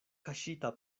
kaŝita